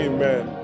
Amen